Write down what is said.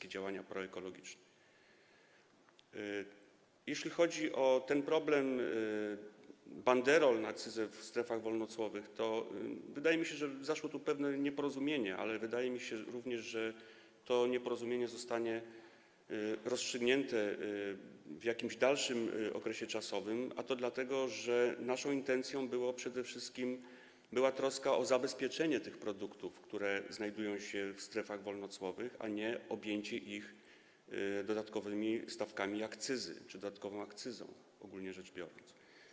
Jeśli chodzi o problem banderol akcyzowych w strefach wolnocłowych, to wydaje mi się, że zaszło tu pewne nieporozumienie, ale wydaje mi się również, że to nieporozumienie zostanie rozstrzygnięte w jakimś dalszym okresie, a to dlatego że naszą intencją przede wszystkim była troska o zabezpieczenie tych produktów, które znajdują się w strefach wolnocłowych, a nie objęcie ich dodatkowymi stawkami akcyzy czy dodatkową akcyzą, ogólnie rzecz biorąc.